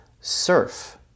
surf